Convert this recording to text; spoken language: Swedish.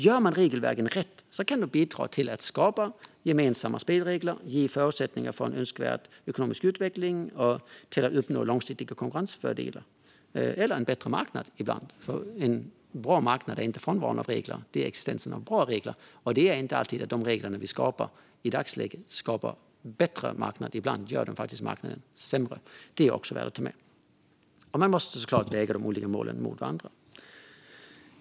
Gör man regelverken rätt kan de bidra till att skapa gemensamma spelregler, ge förutsättningar för en önskvärd ekonomisk utveckling och uppnå långsiktiga konkurrensfördelar och ibland en bättre marknad. En bra marknad är ju inte frånvaron av regler utan existensen av bra regler, och i dagsläget är det inte alltid så att de regler vi skapar medför en bättre marknad. Ibland gör de faktiskt marknaden sämre. Det är också värt att ta med. Man måste såklart väga de olika målen mot varandra.